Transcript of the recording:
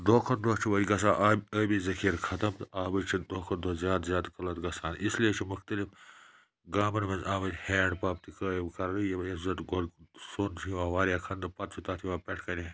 دۄہ کھۄتہٕ دۄہ چھُ وۄنۍ گژھان آبہِ ٲبی ذخیٖر ختٕم تہٕ آبٕچۍ چھِ دۄہ کھۄتہٕ دۄہ زیادٕ زیادٕ قٕلت گَژھان اس لیے چھِ مختلف گامَن منٛز اَؤے ہینٛڈ پَمپ تہِ قٲیِم کَرنہٕ یِوان یُِس زَن گۄڈٕ سوٚن چھُ یِوان واریاہ کھَننہٕ پَتہٕ چھُ تَتھ یِوان پٮ۪ٹھ کَنۍ